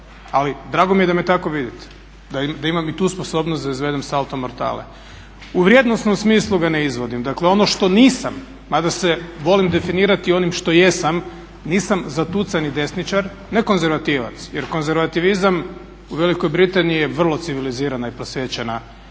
ali drago mi je da me tako vidite, da imam i tu sposobnost da izvedem salto mortale. U vrijednosnom smislu ga ne izvodim, dakle ono što nisam mada se volim definirati onim što jesam, nisam zatucani desničar, ne konzervativac jer konzervativizam u Velikoj Britaniji je vrlo civilizirana i prosvijećena